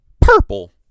Purple